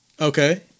Okay